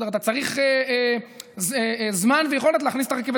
אתה צריך זמן ויכולת להכניס את הרכבת